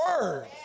word